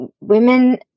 women